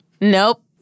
Nope